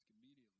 immediately